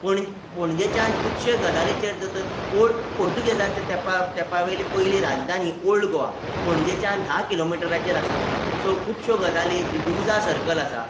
पणजे पणजेच्यान खुबशे गजालीचेर तर ओल्ड गोवा पोर्तुगेजाच्या तेंपा वयली पयलीं राजधानी ओल्ड गोवा पणजेच्यान धा किलोमिटराचेर आसा सो खुबश्यो गजाली दिवजां सरकल आसा